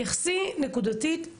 התייחסי נקודתית